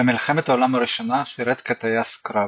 במלחמת העולם הראשונה שירת כטייס קרב.